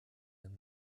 wenn